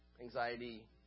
anxiety